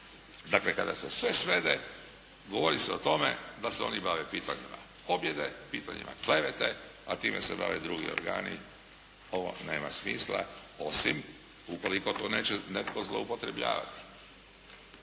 Dakle, kada se sve svede govori se o tome da se oni bave pitanjima pobjede, pitanjima klevete, a time se bave drugi organi, ovo nema smisla osim ukoliko to neće netko zloupotrebljavati.